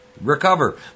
recover